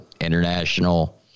International